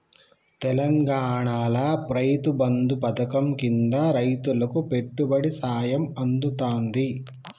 తెలంగాణాల రైతు బంధు పథకం కింద రైతులకు పెట్టుబడి సాయం అందుతాంది